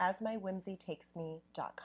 asmywhimsytakesme.com